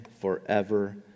forever